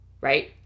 right